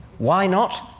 why not?